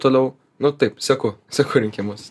toliau nu taip seku seku rinkimus